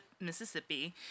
Mississippi